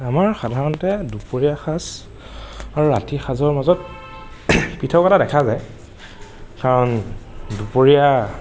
আমাৰ সাধাৰণতে দুপৰীয়া সাঁজ আৰু ৰাতিৰ সাঁজৰ মাজত পৃথকতা দেখা যায় কাৰণ দুপৰীয়া